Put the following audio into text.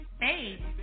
Hey